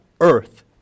earth